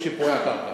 תלוי בשיפויי הקרקע.